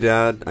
Dad